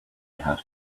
have